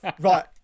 Right